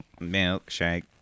Milkshake